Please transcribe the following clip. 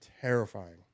terrifying